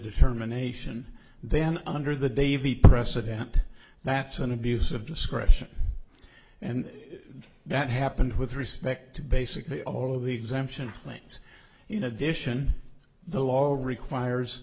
determination then under the day of the president that's an abuse of discretion and that happened with respect to basically all of the exemption claims in addition the law requires